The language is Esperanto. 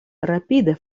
rapide